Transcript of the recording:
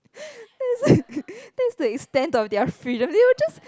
that's like that's like stand of their freedom they were just